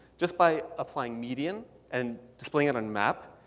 just by applying median and displaying it on map,